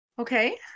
okay